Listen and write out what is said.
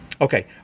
Okay